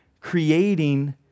creating